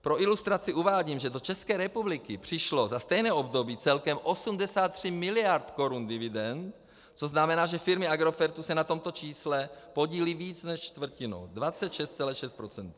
Pro ilustraci uvádím, že do České republiky přišlo za stejné období celkem 83 mld. korun dividend, to znamená, že firmy Agrofertu se na tomto čísle podílí více než čtvrtinou, 26,6 %.